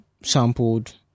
Sampled